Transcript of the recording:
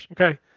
Okay